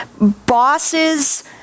bosses